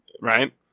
right